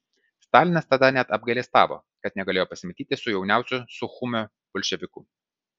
stalinas tada net apgailestavo kad negalėjo pasimatyti su jauniausiu suchumio bolševiku